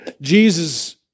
Jesus